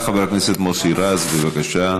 חבר הכנסת מוסי רז, בבקשה.